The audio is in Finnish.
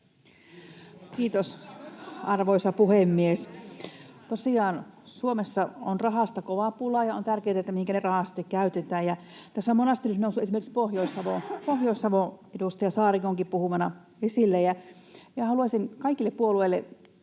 Kiitos, arvoisa puhemies! Tosiaan Suomessa on rahasta kova pula, ja on tärkeätä, mihinkä ne rahat sitten käytetään. Tässä on monesti nyt noussut esimerkiksi Pohjois-Savo edustaja Saarikonkin puhumana esille. Haluaisin kaikille puolueille